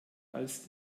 als